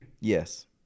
Yes